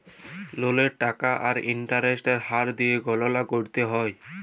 ললের টাকা আর ইলটারেস্টের হার দিঁয়ে গললা ক্যরতে হ্যয়